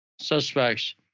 Suspects